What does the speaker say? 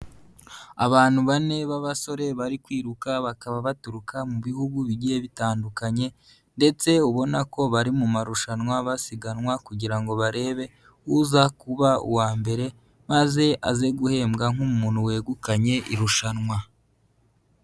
Abantu bane b'abasore bari kwiruka, bakaba baturuka mu bihugu bigiye bitandukanye, ndetse ubona ko bari mu marushanwa, basiganwa kugira ngo barebe uza kuba uwa mbere, maze aze guhembwa nk'umuntu wegukanye irushanwa.